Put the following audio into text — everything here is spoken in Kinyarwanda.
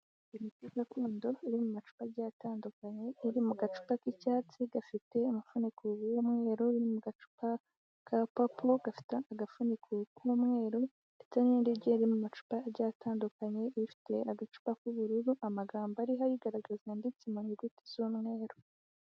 Imiti gakondo iri mu macupa agiye atandukanye iri mu gacupa k'icyatsi gafite umufuniko w'umweru, iri mu gacupa ka papo gafite agafuniko k'umweru ndetse n'indigeri mu macupa agiye atandukanye ifite agacupa k'ubururu amagambo ariho ayigaragaza yanditse mu'inyuguti z'umweru.